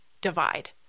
divide